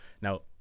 now